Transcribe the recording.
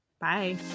Bye